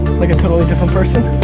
like a totally different person.